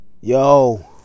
Yo